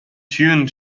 tune